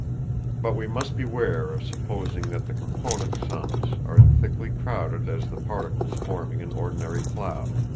but we must beware of supposing that the component suns are thickly crowded as the particles forming an ordinary cloud.